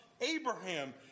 Abraham